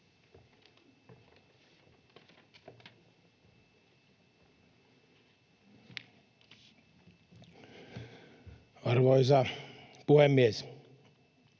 Arvoisa puhemies!